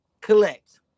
collect